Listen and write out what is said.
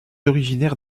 originaire